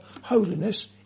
holiness